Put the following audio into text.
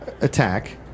attack